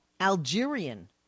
Algerian